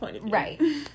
right